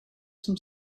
some